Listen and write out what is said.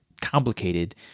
complicated